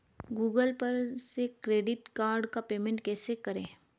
Google पर से credit card का पेमेंट कैसे करें?